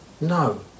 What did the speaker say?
no